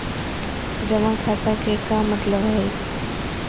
जमा खाता के का मतलब हई?